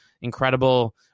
incredible